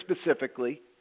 specifically